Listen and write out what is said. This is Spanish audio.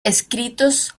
escritos